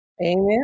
Amen